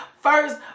first